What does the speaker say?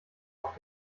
auf